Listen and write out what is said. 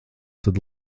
tad